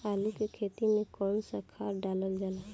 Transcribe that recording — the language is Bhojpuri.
आलू के खेती में कवन सा खाद डालल जाला?